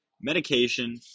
medication